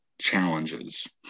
challenges